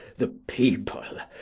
the people!